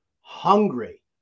hungry